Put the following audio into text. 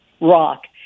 rock